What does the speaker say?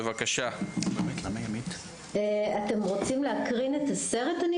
אתם רוצים להקרין את הסרטון?